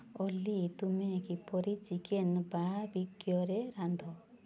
ଅଲି ତୁମେ କିପରି ଚିକେନ୍ ବାର୍ବେକ୍ୟୁରେ ରାନ୍ଧ